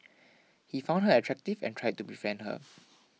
he found her attractive and tried to befriend her